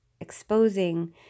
exposing